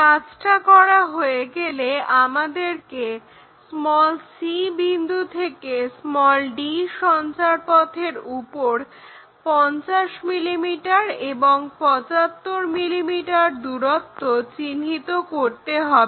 কাজটা করা হয়ে গেলে আমাদেরকে c বিন্দু থেকে d সঞ্চারপথের উপর 50 mm এবং 75 mm দূরত্ব চিহ্নিত করতে হবে